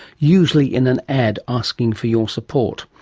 usually in an ad asking for your support.